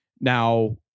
Now